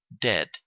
dead